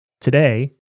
today